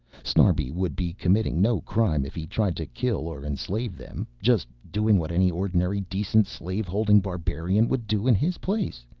snarbi would be committing no crime if he tried to kill or enslave them, just doing what any ordinary, decent slave-holding barbarian would do in his place.